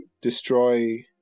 destroy